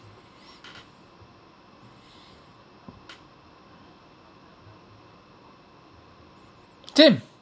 same